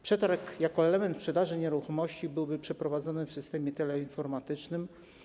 Przetarg jako element sprzedaży nieruchomości byłby przeprowadzany w systemie teleinformatycznym.